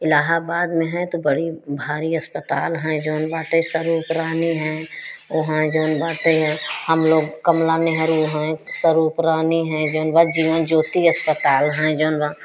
इलाहाबाद में हैं तो बड़ी भारी अस्पताल हैं जोन बाटे सरोग रानी हैं ओहांय जोन बाटे हैं हम लोग कमला नेहरु हैं सरुप रानी हैं जोन बा जीवन ज्योति अस्पताल है जोन बा